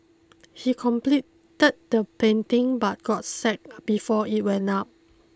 he completed the painting but got sacked before it went up